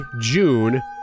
June